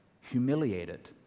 humiliated